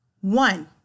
One